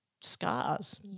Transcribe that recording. scars